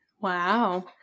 wow